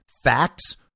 Facts